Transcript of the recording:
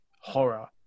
horror